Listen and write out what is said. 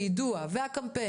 היום מועסקים כ-130 עובדים כאלה.